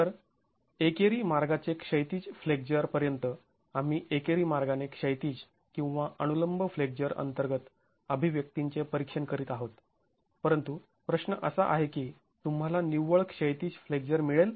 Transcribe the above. तर एकेरी मार्गाचे क्षैतिज फ्लेक्झर पर्यंत आम्ही एकेरी मार्गाने क्षैतिज किंवा अनुलंब फ्लेक्झर अंतर्गत अभिव्यक्तींचे परीक्षण करीत आहोत परंतु प्रश्न असा आहे की तुंम्हाला निव्वळ क्षैतिज फ्लेक्झर मिळेल